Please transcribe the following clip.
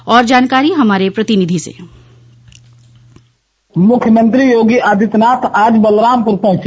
और जानकारी हमारे प्रतिनिधि से मुख्यमंत्री योगी आदित्यनाथ आज बलरामपुर पहुंच